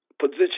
Position